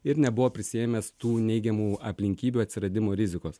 ir nebuvo prisiėmęs tų neigiamų aplinkybių atsiradimo rizikos